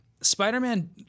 Spider-Man